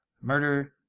murder